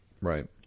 Right